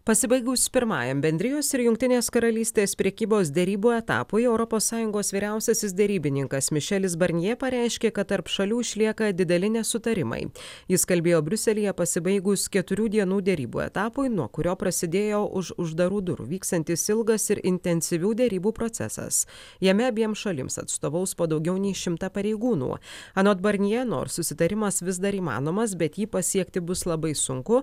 pasibaigus pirmajam bendrijos ir jungtinės karalystės prekybos derybų etapui europos sąjungos vyriausiasis derybininkas mišelis barnijė pareiškė kad tarp šalių išlieka dideli nesutarimai jis kalbėjo briuselyje pasibaigus keturių dienų derybų etapui nuo kurio prasidėjo už uždarų durų vyksiantis ilgas ir intensyvių derybų procesas jame abiem šalims atstovaus po daugiau nei šimtą pareigūnų anot barnijė nors susitarimas vis dar įmanomas bet jį pasiekti bus labai sunku